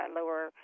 lower